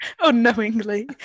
unknowingly